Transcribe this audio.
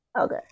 Okay